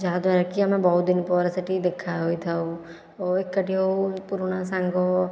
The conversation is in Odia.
ଯାହାଦ୍ୱାରା କି ଆମେ ବହୁତ ଦିନ ପରେ ସେଠି ଦେଖା ହୋଇଥାଉ ଓ ଏକାଠି ହେଉ ପୁରୁଣା ସାଙ୍ଗ